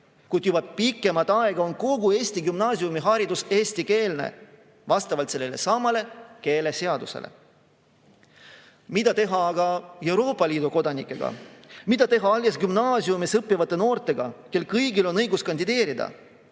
Kuid juba pikemat aega on kogu Eesti gümnaasiumiharidus eestikeelne, vastavalt sellelesamale keeleseadusele. Mida teha aga Euroopa Liidu kodanikega? Mida teha alles gümnaasiumis õppivate noortega, kellel kõigil on õigus kandideerida?